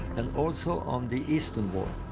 and also on the eastern wall.